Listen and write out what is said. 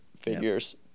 figures